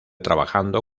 trabajando